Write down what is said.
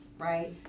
right